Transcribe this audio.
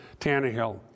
Tannehill